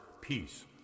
peace